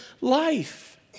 life